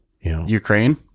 Ukraine